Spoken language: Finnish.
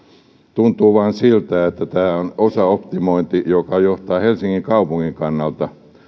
tuntuu vähän siltä että tämä on osaoptimointi joka johtaa myös helsingin kaupungin kannalta